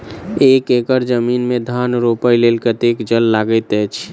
एक एकड़ जमीन मे धान रोपय लेल कतेक जल लागति अछि?